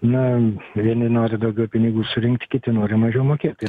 na vieni nori daugiau pinigų surinkti kiti nori mažiau mokėti